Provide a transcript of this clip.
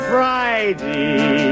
Friday